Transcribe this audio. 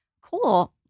Cool